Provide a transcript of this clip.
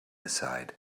aside